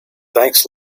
thanks